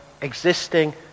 existing